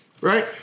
Right